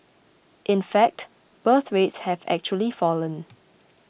in fact birth rates have actually fallen